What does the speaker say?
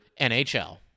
NHL